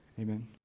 Amen